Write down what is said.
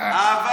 אה, אה.